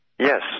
Yes